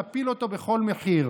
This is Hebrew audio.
נפיל אותו בכל מחיר,